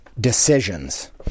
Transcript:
decisions